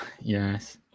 Yes